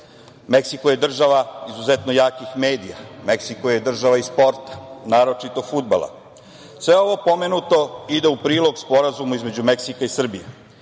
Meksiko je država izuzetno jakih medija. Meksiko je država i sporta, naročito, fudbala. Sve ovo pomenuto ide u prilog sporazumu između Meksika i Srbije,